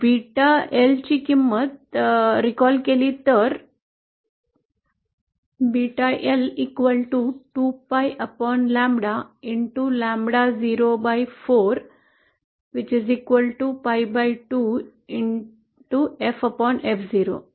beta ची किंमत recall केली तर 2PIलॅम्ब्डाLAMBDA 04 इतकीच आहे